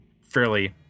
fairly